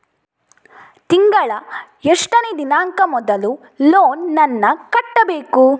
ತಿಂಗಳ ಎಷ್ಟನೇ ದಿನಾಂಕ ಮೊದಲು ಲೋನ್ ನನ್ನ ಕಟ್ಟಬೇಕು?